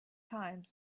time